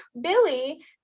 Billy